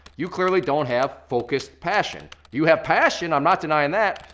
you clearly don't have focused passion. you have passion, i'm not denying that,